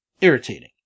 irritating